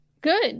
good